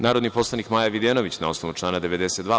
Narodni poslanik Maja Videnović, na osnovu člana 92.